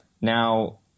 Now